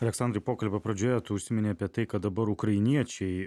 aleksandrai pokalbio pradžioje užsiminei apie tai kad dabar ukrainiečiai